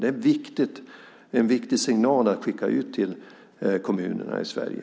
Det är en viktig signal att skicka ut till kommunerna i Sverige.